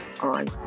on